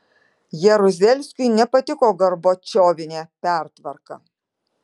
jaruzelskiui nepatiko gorbačiovinė pertvarka